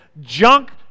junk